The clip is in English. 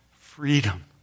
freedom